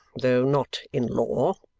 though not in law.